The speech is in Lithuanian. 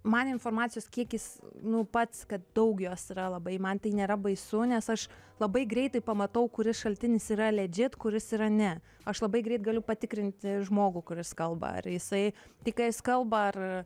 man informacijos kiekis nu pats kad daug jos yra labai man tai nėra baisu nes aš labai greitai pamatau kuris šaltinis yra legit kuris yra ne aš labai greit galiu patikrinti žmogų kuris kalba ar jisai tai ką jis kalba ar